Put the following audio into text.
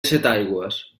setaigües